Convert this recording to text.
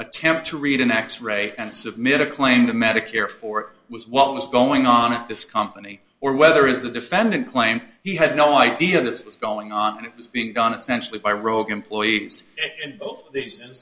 attempt to read an x ray and submit a claim to medicare for it was what was going on at this company or whether it's the defendant claimed he had no idea this was going on it was being done essentially by rogue employee and